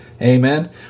Amen